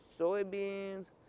soybeans